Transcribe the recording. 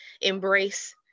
embrace